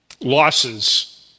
losses